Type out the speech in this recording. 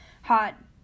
hot